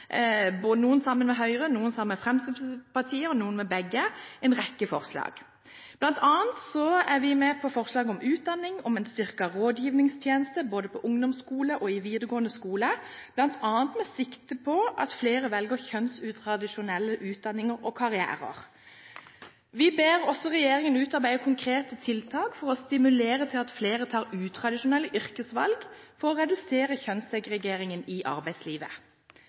både på ungdomsskole og i videregående skole, bl.a. med sikte på at flere skal velge kjønnsutradisjonelle utdanninger og karrierer. Vi ber også regjeringen utarbeide konkrete tiltak for å stimulere til at flere tar utradisjonelle yrkesvalg for å redusere kjønnssegregeringen i arbeidslivet.